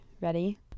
ready